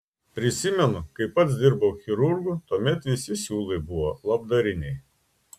prisimenu kai pats dirbau chirurgu tuomet visi siūlai buvo labdariniai